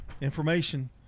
Information